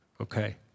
okay